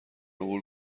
عبور